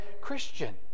Christian